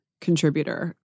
contributor